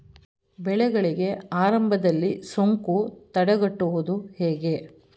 ಬೆಳೆಗಳಿಗೆ ಆರಂಭದಲ್ಲಿ ಸೋಂಕು ತಡೆಗಟ್ಟುವುದು ಹೇಗೆ?